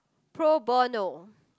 pro bono